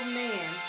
man